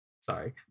Sorry